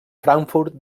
frankfurt